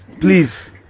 Please